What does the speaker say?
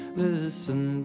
listen